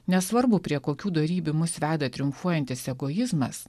nesvarbu prie kokių dorybių mus veda triumfuojantis egoizmas